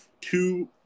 two